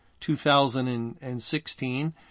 2016